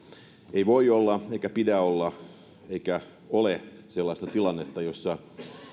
ei voi olla eikä pidä olla eikä ole sellaista tilannetta jossa